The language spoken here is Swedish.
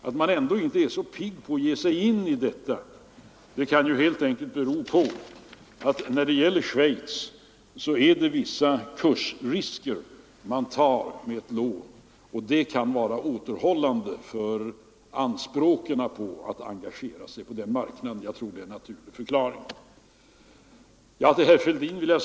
Att man ändå inte är så pigg på att ge sig in på detta kan helt enkelt bero på att när det gäller Schweiz är det vissa kursrisker man tar med ett lån, och det kan verka återhållande på anspråken i fråga om att engagera sig på den marknaden. Jag tror att det är en naturlig förklaring.